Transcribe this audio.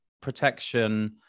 protection